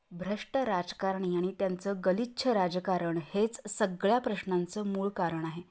भ्रष्ट राजकारणी आणि त्यांचं गलिच्छ राजकारण हेच सगळ्या प्रश्नांचं मूळ कारण आहे